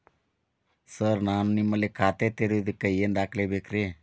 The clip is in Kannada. ಸರ್ ನಾನು ನಿಮ್ಮಲ್ಲಿ ಖಾತೆ ತೆರೆಯುವುದಕ್ಕೆ ಏನ್ ದಾಖಲೆ ಬೇಕ್ರಿ?